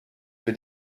für